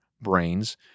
brains